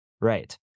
right